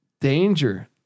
Danger